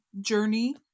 journey